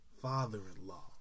father-in-law